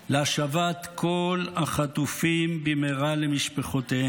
להשבת כל החטופים במהרה למשפחותיהם,